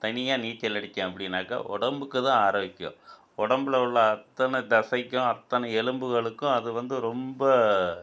தனியாக நீச்சல் அடித்தோம் அப்படினாக்கா உடம்புக்கு தான் ஆரோக்கியம் உடம்புல உள்ள அத்தனை தசைக்கும் அத்தனை எலும்புகளுக்கும் அது வந்து ரொம்ப